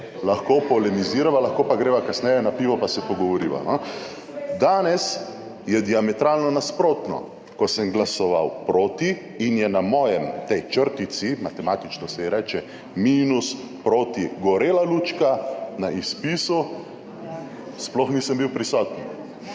Lahko polemizirava, lahko pa greva kasneje na pivo pa se pogovoriva, no. Danes je diametralno nasprotno, ko sem glasoval proti in je na mojem, na tej črtici, matematično se ji reče minus, proti, gorela lučka, na izpisu sploh nisem bil prisoten.